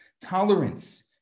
tolerance